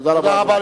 תודה רבה.